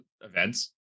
events